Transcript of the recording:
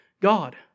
God